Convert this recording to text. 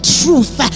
truth